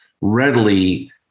readily